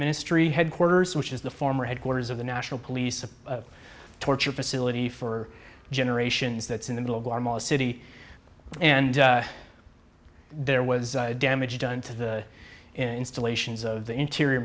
ministry headquarters which is the former headquarters of the national police of torture facility for generations that's in the middle of the city and there was damage done to the installations of the interior